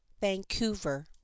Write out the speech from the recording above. vancouver